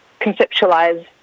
conceptualize